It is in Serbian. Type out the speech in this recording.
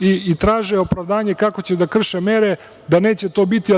i traže opravdanje kako će da krše mere, da neće to biti